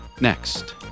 next